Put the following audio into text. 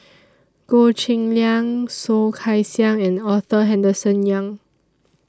Goh Cheng Liang Soh Kay Siang and Arthur Henderson Young